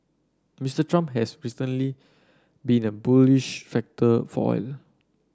Mister Trump has recently been a bullish factor for oil